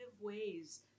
ways